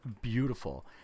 Beautiful